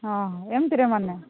ହଁ ହଁ ଏମିତିରେ ମାନେ